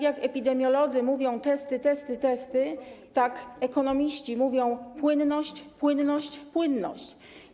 Jak epidemiolodzy mówią: testy, testy, testy, tak ekonomiści mówią: płynność, płynność, płynność.